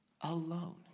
alone